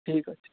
ଠିକ୍ ଅଛି